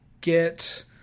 get